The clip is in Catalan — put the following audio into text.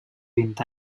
vint